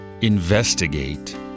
investigate